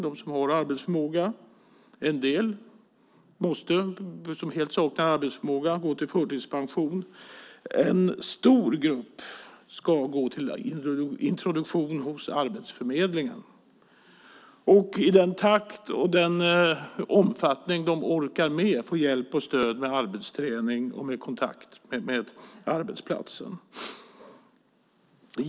En del, de som helt saknar arbetsförmåga, måste gå till förtidspension. En stor grupp ska gå till introduktion hos Arbetsförmedlingen och i den takt och omfattning de orkar få hjälp och stöd med arbetsträning och kontakt med arbetsplatsen.